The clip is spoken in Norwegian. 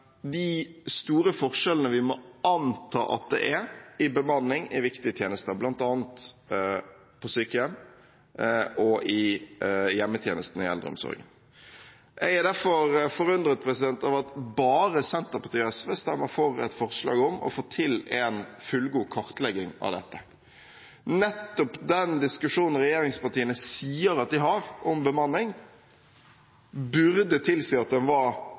de store forskjellene vi må anta at det er i bemanning i viktige tjenester, bl.a. på sykehjem og i hjemmetjenesten i eldreomsorgen. Jeg er derfor forundret over at bare Senterpartiet og SV stemmer for et forslag om å få til en fullgod kartlegging av dette. Nettopp den diskusjonen regjeringspartiene sier at de har om bemanning, burde tilsi at de var